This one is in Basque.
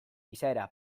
izaera